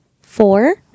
four